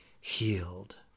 healed